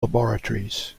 laboratories